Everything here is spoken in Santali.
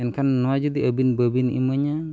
ᱮᱱᱠᱷᱟᱱ ᱱᱚᱣᱟ ᱡᱩᱫᱤ ᱟᱵᱤᱱ ᱵᱟᱹᱵᱤᱱ ᱤᱢᱟᱹᱧᱟ